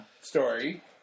story